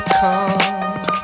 come